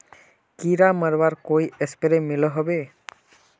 कीड़ा मरवार कोई स्प्रे मिलोहो होबे?